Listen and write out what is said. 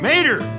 Mater